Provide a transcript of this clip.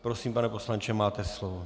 Prosím, pane poslanče, máte slovo.